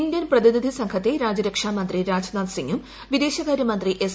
Indian പ്രതിനിധി സംഘത്തെ രാജ്യരക്ഷാമന്ത്രി രാജ്നാഥ് സിങും വിദേശകാര്യ മന്ത്രി എസ്